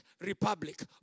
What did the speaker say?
Republic